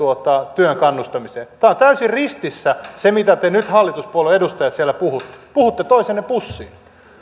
työn kannustamiseen tämä on täysin ristissä sen kanssa mitä te nyt hallituspuolueen edustajat siellä puhutte puhutte toisenne pussiin